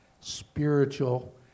spiritual